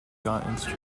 got